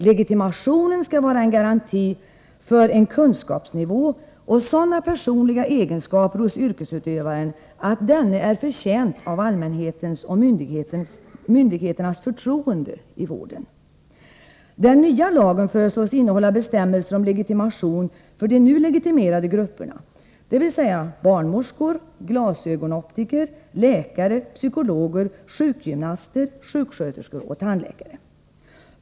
Legitimationen skall vara en garanti för en kunskapsnivå och sådana personliga egenskaper hos yrkesutövaren att denne är förtjänt av allmänhetens och myndigheternas förtroende i vården. Den nya lagen föreslås innehålla bestämmelser om legitimation för de nu legitimerade grupperna, dvs. barnmorskor, glasögonoptiker, läkare, psykologer, sjukgymnaster, sjuksköterskor och tandläkare.